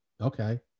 okay